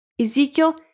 Ezekiel